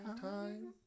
Time